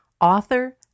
author